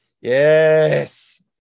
Yes